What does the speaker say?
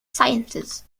sciences